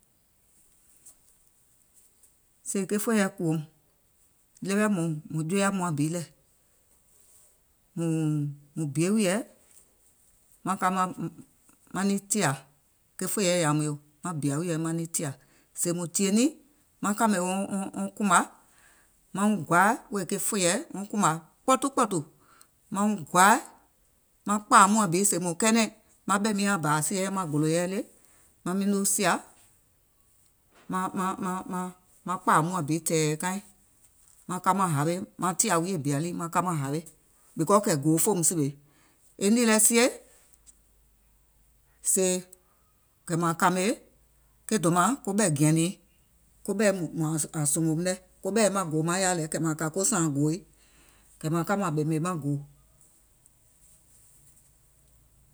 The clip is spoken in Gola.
Sèè ke fòìɛ kùwòùm e ɗeweɛ̀ mùŋ joyà muàŋ bi lɛ̀, mùŋ bie wùìyèɛ maŋ ka maŋ niŋ tìà, ke fòìɛ yȧùm yòò, maŋ bìȧ wùìyèɛ maŋ niŋ tìà, sèè mùŋ tìyè niŋ, maŋ kàmè wɔŋ wɔŋ wɔŋ kùmȧ maŋ wɔŋ gɔ̀àa wèè ke fòìɛ, wɔŋ kùmà kpɔtukpɔ̀tù, maŋ wuŋ gɔaì maŋ kpȧȧ muȧŋ bi sèèùm kɛɛnɛ̀ŋ maŋ ɓɛ̀ miiŋ anyùùŋ nyaŋ sieyɛi maŋ gòlò yɛi le, maŋ noo sìà maŋ maŋ maŋ maŋ kpȧȧ muȧŋ bi tɛ̀ɛ̀ kaiŋ, maŋ ka maŋ hawe, maŋ tìà wuiyè bìa lii maŋ ka maŋ hawe, because kɛ̀ e gòò fòùm sìwè, sèè, kɛ̀ maŋ kȧmè ke dòmȧŋ koɓɛ̀ gɛ̀nìiŋ koɓɛ̀i ȧŋ sùngòùm lɛ, koɓɛ̀i maŋ gòò maŋ yaȧ lɛ, ko sààŋ gòòi, kɛ̀ maŋ ka mȧŋ ɓèmè maŋ gòò.